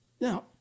Now